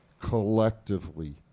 collectively